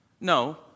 No